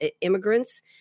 immigrants